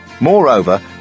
Moreover